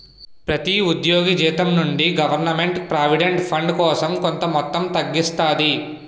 ప్రతి ఉద్యోగి జీతం నుండి గవర్నమెంట్ ప్రావిడెంట్ ఫండ్ కోసం కొంత మొత్తం తగ్గిస్తాది